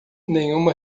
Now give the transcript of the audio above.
nenhuma